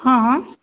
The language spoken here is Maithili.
हँ हँ